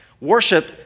Worship